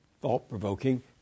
thought-provoking